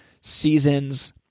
seasons